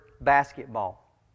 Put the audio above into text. basketball